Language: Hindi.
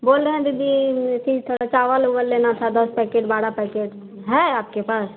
बोल रहे हैं दीदी अथी थोड़ा चावल उवल लेना था दस पैकेट बारह पैकेट है आपके पास